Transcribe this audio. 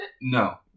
no